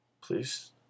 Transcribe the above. please